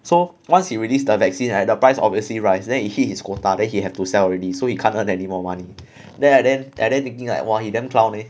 so once he released the vaccine right the price obviously rise then he hit his quota then he had to sell already so he can't earn anymore money then I then I there thinking like !wah! he damn clown leh